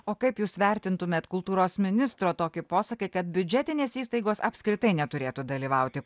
o kaip jūs vertintumėt kultūros ministro tokį posakį kad biudžetinės įstaigos apskritai neturėtų dalyvauti